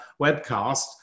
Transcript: webcast